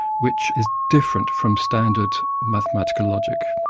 which is different from standard mathematical logic.